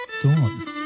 Dawn